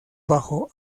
bajo